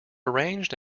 arranged